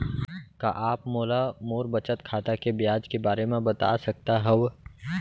का आप मोला मोर बचत खाता के ब्याज के बारे म बता सकता हव?